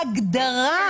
ההצעה דיברה על הגדרה.